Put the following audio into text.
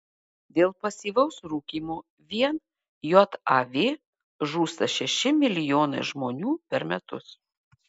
dėl pasyvaus rūkymo vien jav žūsta šeši milijonai žmonių per metus